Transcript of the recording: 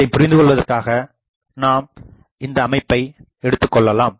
இதைப்புரிந்து கொள்வதற்காக நாம் இந்த அமைப்பை எடுத்துக்கொள்ளலாம்